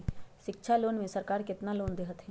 शिक्षा लोन में सरकार केतना लोन दे हथिन?